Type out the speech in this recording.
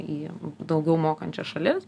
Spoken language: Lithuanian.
į daugiau mokančias šalis